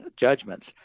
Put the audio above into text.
judgments